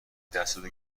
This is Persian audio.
دستتو